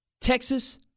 Texas